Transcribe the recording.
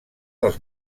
dels